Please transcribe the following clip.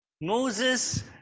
Moses